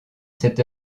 cet